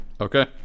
Okay